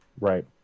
Right